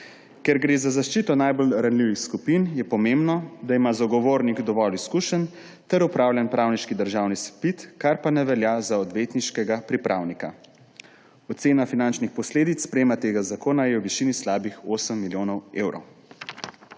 Ker gre za zaščito najbolj ranljivih skupin, je pomembno, da ima zagovornik dovolj izkušenj ter opravljen pravniški državni izpit, kar pa ne velja za odvetniškega pripravnika. Ocena finančnih posledic sprejetja tega zakona je v višini slabih 8 milijonov evrov.